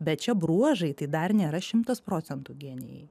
bet šie bruožai tai dar nėra šimtas procentų genijai